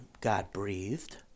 God-breathed